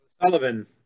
Sullivan